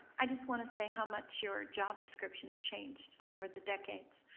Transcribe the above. i just wanna say how much your job description has changed over the decades.